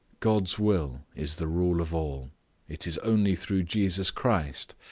god's will is the rule of all it is only through jesus christ,